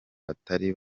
batari